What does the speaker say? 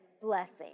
blessing